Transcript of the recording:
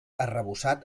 arrebossat